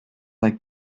like